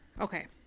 Okay